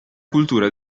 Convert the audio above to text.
cultura